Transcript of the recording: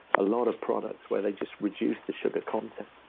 a lot of products where they just reduced the sugar content.